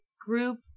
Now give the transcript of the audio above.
group